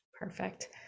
Perfect